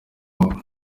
ubaho